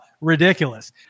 ridiculous